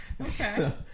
Okay